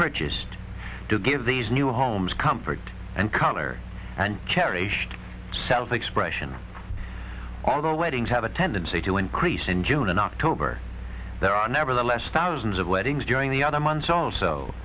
purchased to give these new homes comfort and color and cherished self expression although weddings have a tendency to increase in june and october there are nevertheless thousands of weddings during the other months also